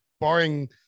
barring